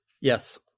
Yes